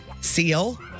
Seal